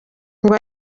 ngo